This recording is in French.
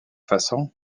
façon